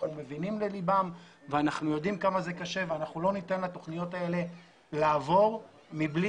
אנחנו מבינים ללבם ויודעים כמה זה קשה ולא ניתן לתכניות האלה לעבור מבלי